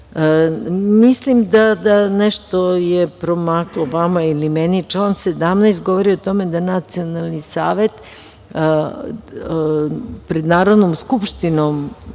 da je nešto promaklo vama ili meni. Član 17. govori o tome da Nacionalni savet pred Narodnom skupštinom